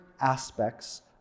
aspects